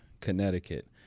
Connecticut